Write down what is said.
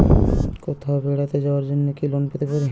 কোথাও বেড়াতে যাওয়ার জন্য কি লোন পেতে পারি?